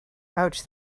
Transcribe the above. ouch